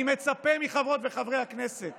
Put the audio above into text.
אני מצפה מחברות וחברי הכנסת